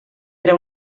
era